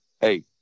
hey